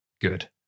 good